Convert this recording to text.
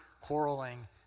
quarreling